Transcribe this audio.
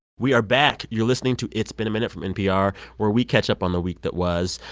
we are back. you're listening to it's been a minute from npr, where we catch up on the week that was.